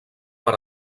per